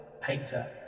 painter